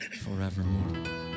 Forevermore